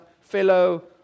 fellow